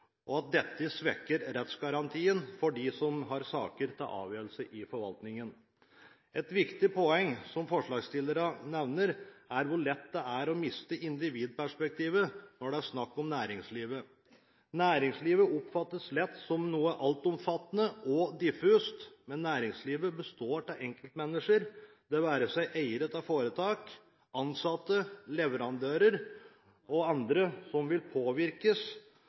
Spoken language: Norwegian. dette svekker rettsgarantien for dem som har saker til avgjørelse i forvaltningen. Et viktig poeng som forslagsstillerne nevner, er hvor lett det er å miste individperspektivet når det er snakk om næringslivet. Næringslivet oppfattes lett som noe altomfattende og diffust, men næringslivet består av enkeltmennesker, det være seg eiere av foretak, ansatte, leverandører eller andre som vil påvirkes